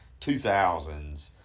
2000s